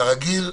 כרגיל,